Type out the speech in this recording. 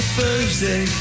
Thursday